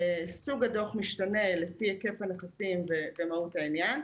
סוג הדוח משתנה לפי היקף הנכסים ומהות העניין.